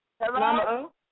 Hello